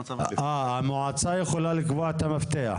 אה, המועצה יכולה לקבוע את המפתח?